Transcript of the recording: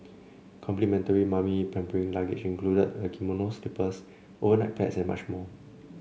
complimentary mummy pampering luggage including a kimono slippers overnight pads and much more